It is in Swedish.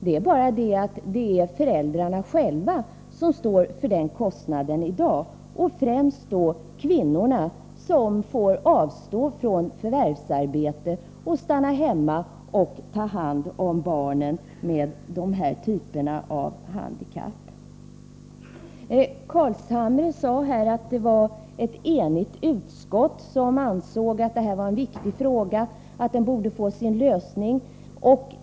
Det är bara det att det nu är föräldrarna själva som står för den kostnaden, och främst då kvinnorna, som får avstå från förvärvsarbete, stanna hemma och ta hand om barnen med dessa typer av handikapp. Nils Carlshamre sade att det var ett enigt utskott som ansåg att detta var en viktig fråga som borde få sin lösning.